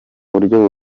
buryo